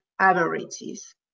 averages